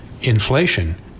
inflation